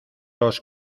los